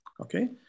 okay